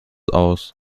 aus